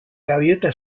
gaviota